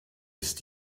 ist